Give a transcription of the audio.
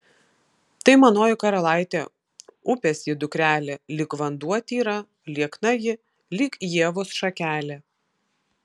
tai manoji karalaitė upės ji dukrelė lyg vanduo tyra liekna ji lyg ievos šakelė